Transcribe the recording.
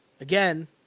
Again